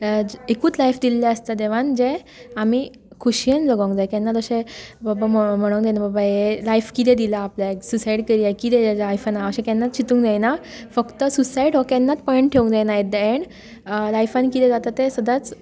एकूच लायफ दिल्लें आसता देवान जें आमी खोशयेन जगूंक जाय केन्नाच अशें बाबा म्हणूंक जायना बाबा हें लायफ कितें दिलां आपल्याक स्विसायड करया अशें केन्ना लायफान चितूंक जायना फक्त स्विसायड हो केन्नाच पॉयन्ट येवंक जायना एट द एन्ड लायफान कितें जाता तें सदांच